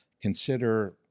consider